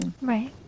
Right